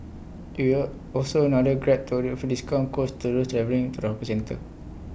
IT will also another grab to offer discount codes to those travelling to the hawker centre